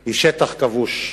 היא שטח כבוש.